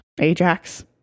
ajax